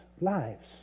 lives